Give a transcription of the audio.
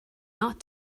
not